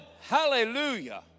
hallelujah